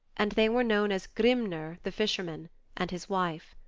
and they were known as grimner the fisherman and his wife.